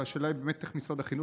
והשאלה היא באמת איך משרד החינוך,